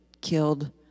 killed